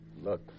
Look